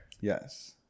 Yes